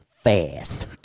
fast